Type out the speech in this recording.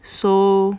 so